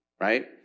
right